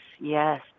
yes